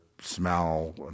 smell